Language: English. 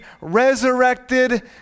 resurrected